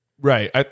Right